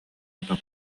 атын